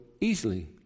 easily